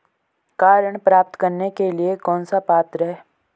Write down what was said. Car ऋण प्राप्त करने के लिए कौन पात्र है?